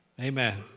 Amen